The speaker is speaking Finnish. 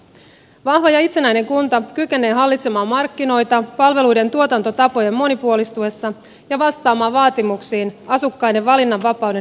vahva ja itsenäinen kunta kykenee hallitsemaan markkinoita palveluiden tuotantotapojen monipuolistuessa ja vastaamaan vaatimuksiin asukkaiden valinnanvapauden lisäämisestä